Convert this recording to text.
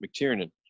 McTiernan